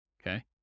okay